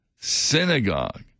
synagogue